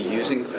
using